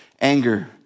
anger